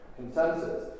consensus